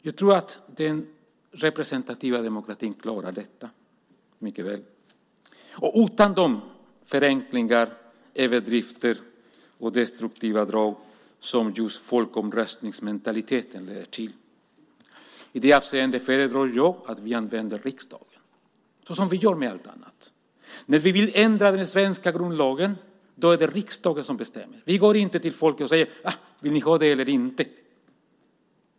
Jag tror att den representativa demokratin klarar detta mycket väl utan de förenklingar, överdrifter och destruktiva drag som just folkomröstningsmentaliteten leder till. I det avseendet föredrar jag att vi använder riksdagen såsom vi gör i allt annat. När vi vill ändra den svenska grundlagen är det riksdagen som bestämmer. Vi går inte till folk och frågar om de vill ha detta eller inte.